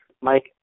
Mike